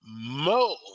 Mo